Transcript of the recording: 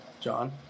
John